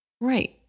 Right